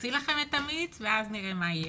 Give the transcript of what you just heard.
נוציא לכם את המיץ ואז נראה מה יהיה.